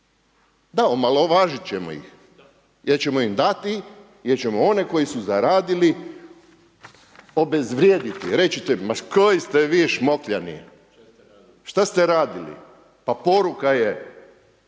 Da, omalovažit ćemo ih jer ćemo im dati, jer ćemo one koji su zaradili obezvrijediti, reći ćemo koji ste vi šmokljani, šta ste radili pa poruka je